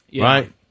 Right